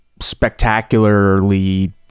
spectacularly